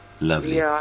Lovely